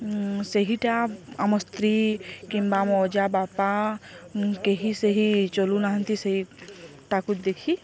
ସେଇଟା ଆମ ସ୍ତ୍ରୀ କିମ୍ବା ଆମ ଅଜା ବାପା କେହି ସେହି ଚଲୁନାହାନ୍ତି ସେଇଟାକୁ ଦେଖି